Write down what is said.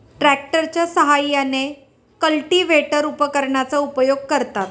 ट्रॅक्टरच्या साहाय्याने कल्टिव्हेटर उपकरणाचा उपयोग करतात